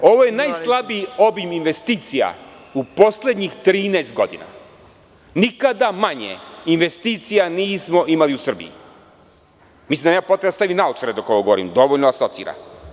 Ovo je najslabiji obim investicija u poslednjih 13 godina, nikada manje investicija nismo imali u Srbiji, mislim da nema potrebe da stavim naočare dok ovo govorim, dovoljno asocira.